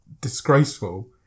disgraceful